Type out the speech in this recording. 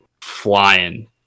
flying